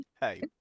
hey